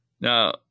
Now